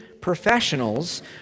professionals